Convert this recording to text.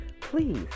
please